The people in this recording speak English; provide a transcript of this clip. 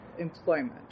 employment